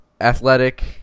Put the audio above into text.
athletic